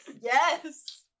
Yes